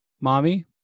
mommy